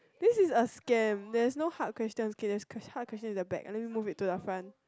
this is a scam there's no hard question okay hard questions is in the back I need move it to the front